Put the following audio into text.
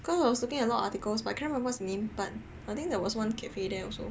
because I was looking at a lot articles but I cannot remember what is the name but I think there was one cafe there also